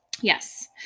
Yes